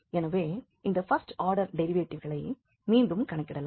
எனவே இந்த first order டெரிவேட்டிவ்களை மீண்டும் கணக்கிடலாம்